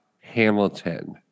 Hamilton